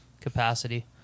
capacity